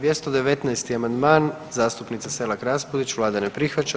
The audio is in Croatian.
219. amandman zastupnice Selak Rasupdić, vlada ne prihvaća.